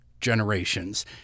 generations